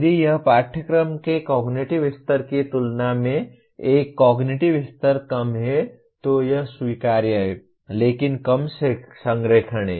यदि यह पाठ्यक्रम के कॉग्निटिव स्तर की तुलना में एक कॉग्निटिव स्तर कम है तो यह स्वीकार्य है लेकिन कम संरेखण है